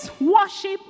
worship